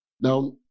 Now